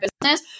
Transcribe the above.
business